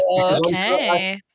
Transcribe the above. Okay